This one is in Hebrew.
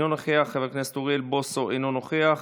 אינו נוכח, חבר הכנסת אוריאל בוסו, אינו נוכח,